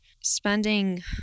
spending